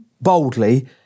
boldly